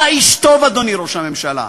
אתה איש טוב, אדוני ראש הממשלה,